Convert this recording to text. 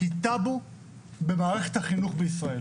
היא טאבו במערכת החינוך בישראל.